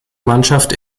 mannschaft